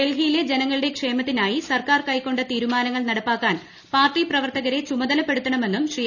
ഡൽഹിയിലെ ജനങ്ങളുടെ ക്ഷേമത്തിനായി പ്രസർക്കാർ കൈകൊണ്ട തീരുമാനങ്ങൾ നടപ്പാക്കാൻ പാർട്ടി പ്രവർത്തകരെ ചുമതലപ്പെടുത്തണമെന്ന് ്യൂശ്ലീ